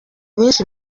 benshi